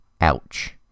Ouch